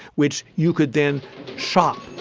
which you could then shop